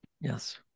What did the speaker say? Yes